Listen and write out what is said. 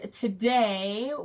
today